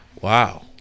wow